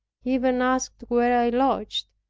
he even asked where i lodged,